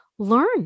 Learn